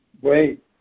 wait